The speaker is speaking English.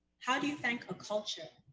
how do you thank a culture?